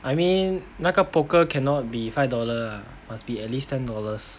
I mean 那个 poker cannot be five dollar ah must be at least ten dollars